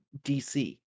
DC